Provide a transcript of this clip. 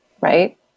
right